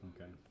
Okay